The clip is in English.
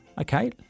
Okay